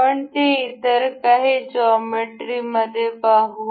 आपण ते इतर काही जॉमेट्री मध्ये पाहू